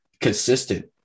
consistent